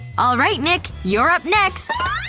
all right, nick, you're up next!